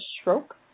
Stroke